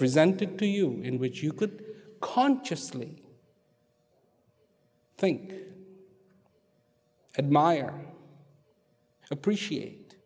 presented to you in which you could consciously think admired appreciate